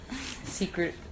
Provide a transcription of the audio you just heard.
secret